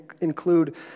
include